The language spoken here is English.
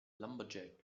lumberjack